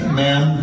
ma'am